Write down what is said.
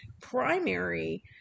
primary